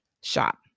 shop